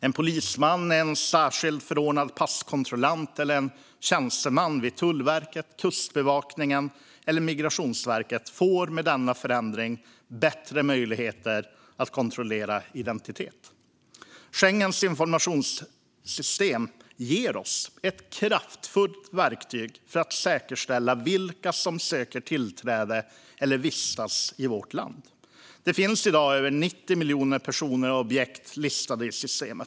En polisman, en särskilt förordnad passkontrollant eller en tjänsteman vid Tullverket, Kustbevakningen eller Migrationsverket får med denna förändring bättre möjligheter att kontrollera identitet. Schengens informationssystem ger oss ett kraftfullt verktyg för att säkerställa vilka som söker tillträde till eller vistas i vårt land. Det finns i dag över 90 miljoner personer och objekt listade i systemet.